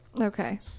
okay